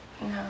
No